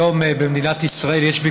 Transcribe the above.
היום במדינת ישראל.